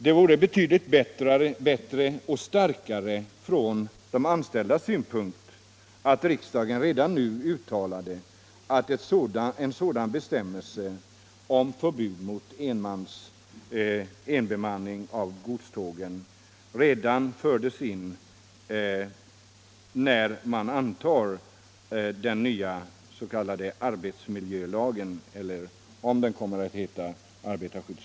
Det vore betydligt bättre och starkare från de anställdas synpunkt om riksdagen redan nu uttalade att en sådan bestämmelse om förbud mot enbemanning av godstågen kunde föras in i den nya s.k. arbetsmiljölagen eller i arbetarskyddslagen om den kommer att heta så.